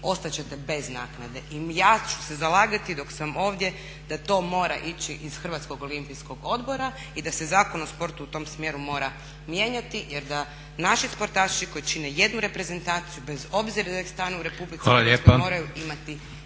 ostati ćete bez naknade. I ja ću se zalagati dok sam ovdje da to mora ići iz Hrvatskog olimpijskog odbora i da se Zakon o sportu u tom smjeru mora mijenjati jer da naši sportaši koji čine jednu reprezentaciju bez obzira .../Govornik se ne razumije./… u Republici Hrvatskoj moraju imati